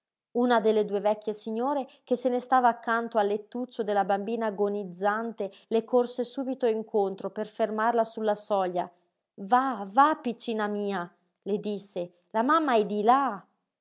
una delle due vecchie signore che se ne stava accanto al lettuccio della bambina agonizzante le corse subito incontro per fermarla sulla soglia va va piccina mia le disse la mamma è di là